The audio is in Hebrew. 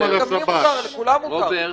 גם לי מותר, לכולם מותר.